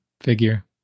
figure